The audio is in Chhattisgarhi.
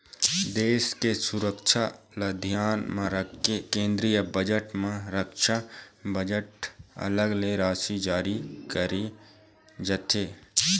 देश के सुरक्छा ल धियान म राखके केंद्रीय बजट म रक्छा बजट म अलग ले राशि जारी करे जाथे